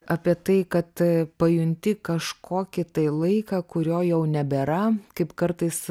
apie tai kad pajunti kažkokį tai laiką kurio jau nebėra kaip kartais